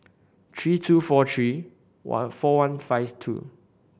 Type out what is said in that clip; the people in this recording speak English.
three two four three four one five two